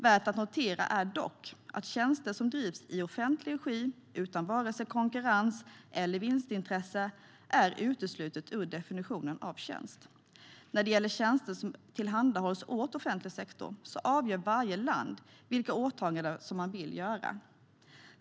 Värt att notera är dock att tjänster som drivs i offentlig regi, utan vare sig konkurrens eller vinstintresse, är uteslutna ur definitionen av tjänst. När det gäller tjänster som tillhandahålls åt offentlig sektor avgör varje land vilka åtaganden man vill göra.